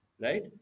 right